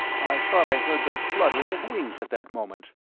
i thought i heard the fluttering of wings at that moment.